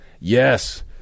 yes